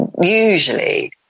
usually